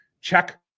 check